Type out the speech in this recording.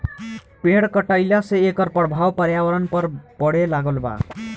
पेड़ कटईला से एकर प्रभाव पर्यावरण पर पड़े लागल बा